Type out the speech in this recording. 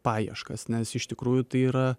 paieškas nes iš tikrųjų tai yra